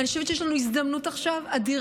אני חושבת שיש לנו עכשיו הזדמנות אדירה.